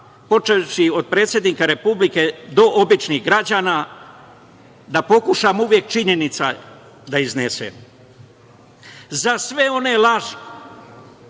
počevši od predsednika Republike do običnih građana da pokušam uvek činjenice da iznesem. Za sve one laži